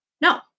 No